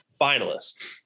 finalists